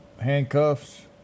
handcuffs